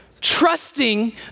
trusting